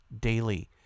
daily